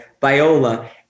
Viola